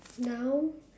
now